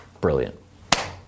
Brilliant